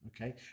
Okay